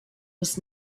was